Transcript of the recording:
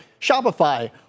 Shopify